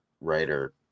writer